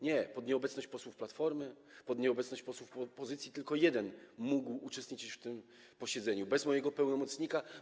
Nie, pod nieobecność posłów Platformy, pod nieobecność posłów opozycji - tylko jeden mógł uczestniczyć w tym posiedzeniu - bez mojego pełnomocnika.